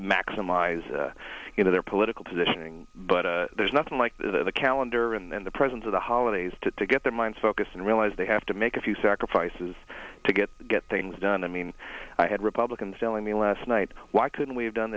maximize their political positioning but there's nothing like the calendar and the presence of the holidays to to get their mind focused and realize they have to make a few sacrifices to get things done i mean i had republicans telling me last night why couldn't we have done